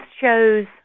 shows